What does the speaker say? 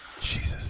Jesus